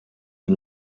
the